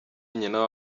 nyina